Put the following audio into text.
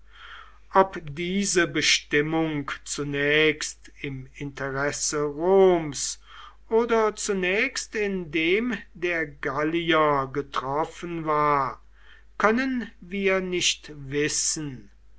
ob diese bestimmung zunächst im interesse roms oder zunächst in dem der gallier getroffen war können wir nicht wissen